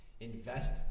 Invest